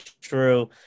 true